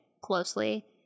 closely